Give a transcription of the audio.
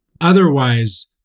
otherwise